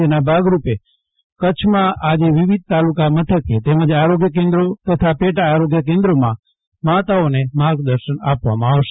જેના ભાગરૂપે કચ્છમાં આજે વિવિધ તાલુકા મથકે તેમજ આરોગ્ય કેન્દ્રો તથા પેટા આરોગ્ય કેન્દ્રોમાં માતાઓને માર્ગદર્શન આપવામાં આવશે